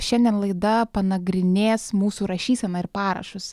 šiandien laida panagrinės mūsų rašyseną ir parašus